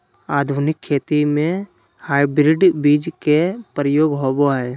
आधुनिक खेती में हाइब्रिड बीज के प्रयोग होबो हइ